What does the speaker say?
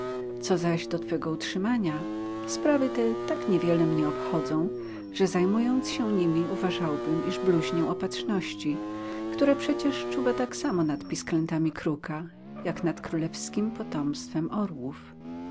co zaś do twego utrzymania sprawy te tak niewiele mnie obchodzą że zajmując się nimi uważałbym iż bluźnię opatrzności która przecież czuwa tak samo nad pisklętami kruka jak nad królewskim potomstwem orłów